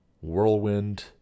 Whirlwind